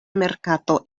merkato